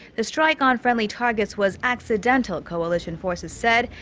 the strike on friendly targets was accidental. coalition forces said.